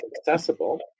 accessible